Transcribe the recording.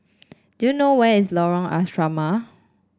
do you know where is Lorong Asrama